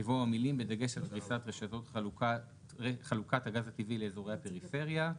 יבואו המילים "בדגש על פריסת רשתות חלוקת הגז הטבעי לאזורי הפריפריה".